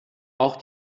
auch